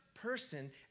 person